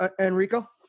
Enrico